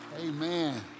Amen